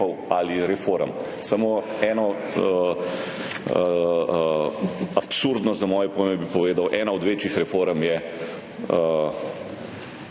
ali reform. Samo eno absurdno, za moje pojme, bi povedal. Ena od večjih reform je